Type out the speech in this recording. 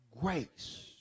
Grace